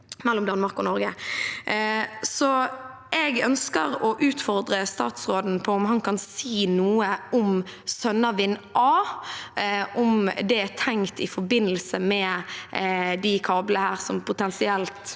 mellom Danmark og Norge. Jeg ønsker å utfordre statsråden på om han kan si noe om Sønnavind A, om det er tenkt i forbindelse med de kablene som potensielt